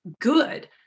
good